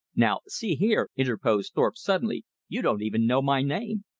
now see here, interposed thorpe suddenly, you don't even know my name.